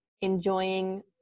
enjoying